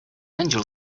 angel